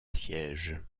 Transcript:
siège